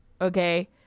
Okay